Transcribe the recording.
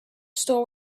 store